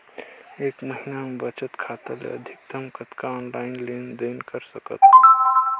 एक महीना मे बचत खाता ले अधिकतम कतना ऑनलाइन लेन देन कर सकत हव?